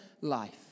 life